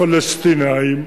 הפלסטינים,